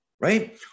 right